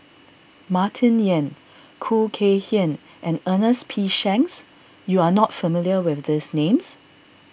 Martin Yan Khoo Kay Hian and Ernest P Shanks you are not familiar with these names